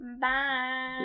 Bye